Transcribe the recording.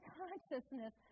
consciousness